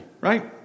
right